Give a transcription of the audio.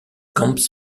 camps